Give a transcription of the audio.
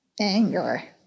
Anger